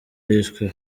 yishwe